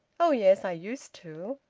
oh yes! i used to.